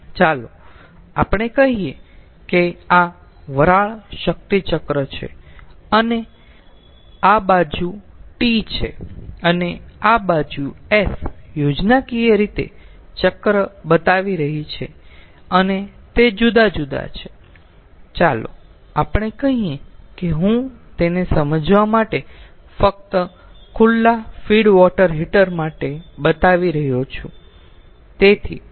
ચાલો આપણે કહી શકીએ કે આ વરાળ શક્તિ ચક્ર છે અને આ બાજુ T છે અને આ બાજુ s યોજનાકીય રીતે ચક્ર બતાવી રહી છે અને તે જુદા જુદા છે ચાલો આપણે કહીએ કે હું તેને સમજવા માટે ફક્ત ખુલ્લા ફીડ વોટર હીટર માટે બતાવી રહ્યો છું